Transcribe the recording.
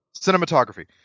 cinematography